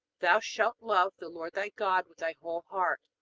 thou shalt love the lord thy god with thy whole heart,